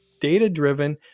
data-driven